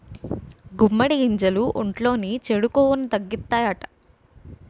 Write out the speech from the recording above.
గుమ్మడి గింజలు ఒంట్లోని చెడు కొవ్వుని కరిగిత్తాయట